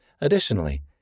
Additionally